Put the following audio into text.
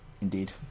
indeed